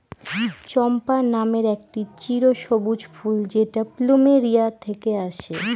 চম্পা নামের একটি চিরসবুজ ফুল যেটা প্লুমেরিয়া থেকে আসে